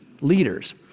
leaders